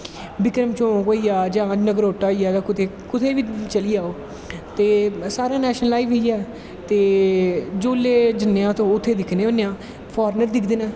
बिक्रम चौंक होईया जां नगरोटा होईया कुदे कुदे बी चली जाओ ते सारे नैशनल हाईवे गै जिसले जन्ने होने आं तां दिक्खनें होनें आं फार्नर दिखदे होंदे ऐ